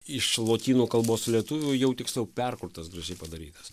iš lotynų kalbos su lietuviu jau tiksliau perkurtas gražiai padarytas